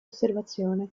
osservazione